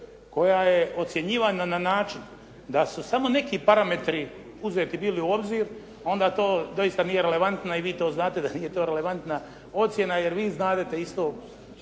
koja je ocjenjivana na način da su samo neki parametri uzeti bili u obzir onda to doista nije relevantno i vi to znate da to nije relevantna ocjena jer vi znadete isto